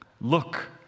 Look